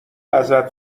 ازت